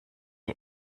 die